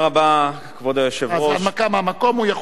עברה בקריאה טרומית ותועבר לוועדת העבודה,